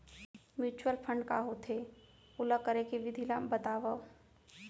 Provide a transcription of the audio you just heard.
mutual fund का होथे, ओला करे के विधि ला बतावव